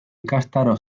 ikastaro